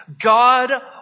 God